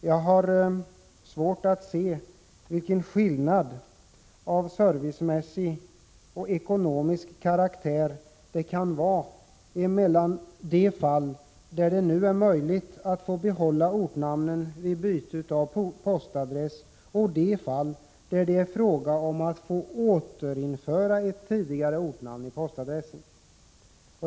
Jag har svårt att se vilken skillnad av servicemässig och ekonomisk karaktär som kan föreligga mellan de fall där det nu är möjligt att få behålla ortnamnen vid byte av postadress och de fall där det är fråga om återinförande av ett tidigare ortnamn i postadressen.